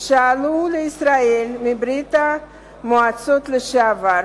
שעלו לישראל מברית-המועצות לשעבר.